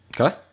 Okay